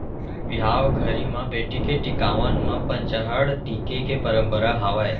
बिहाव घरी म बेटी के टिकावन म पंचहड़ टीके के परंपरा हावय